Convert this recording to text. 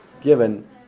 given